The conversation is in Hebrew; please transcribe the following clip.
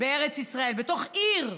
בארץ ישראל, בתוך עיר.